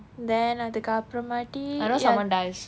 then அதுக்கு அப்புறமா:athukku appuramaa tea ya